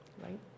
right